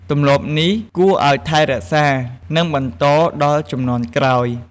ទម្លាប់នេះគួរឱ្យថែរក្សា និងបន្តដល់ជំនាន់ក្រោយ។